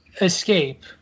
escape